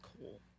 cool